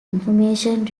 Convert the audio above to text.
information